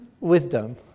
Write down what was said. wisdom